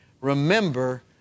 Remember